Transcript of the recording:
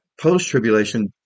Post-tribulation